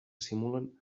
simulen